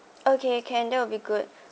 okay can that will be good